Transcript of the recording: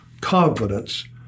confidence